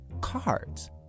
cards